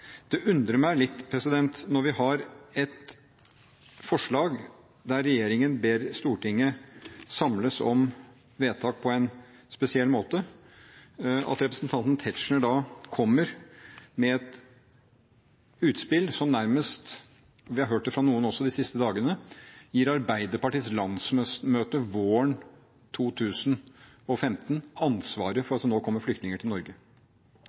Det undrer meg litt når vi har et forslag der regjeringen ber Stortinget samles om vedtak på en spesiell måte, at representanten Tetzschner da kommer med et utspill – og vi har hørt det fra noen også de siste dagene – som nærmest gir Arbeiderpartiets landsmøte våren 2015 ansvaret for at det nå kommer flyktninger til Norge,